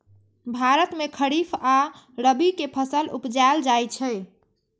भारत मे खरीफ आ रबी के फसल उपजाएल जाइ छै